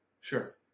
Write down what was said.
sure